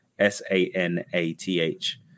s-a-n-a-t-h